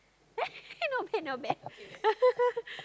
not bad not bad